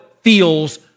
feels